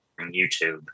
YouTube